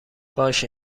باشه